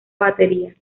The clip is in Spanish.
batería